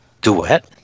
duet